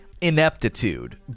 ineptitude